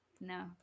No